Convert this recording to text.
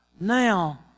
now